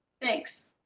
thanks.